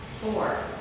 Four